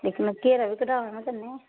घेरा बी घटा ना कन्नै